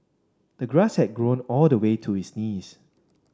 the grass had grown all the way to his knees